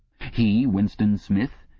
he, winston smith,